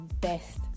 best